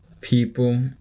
people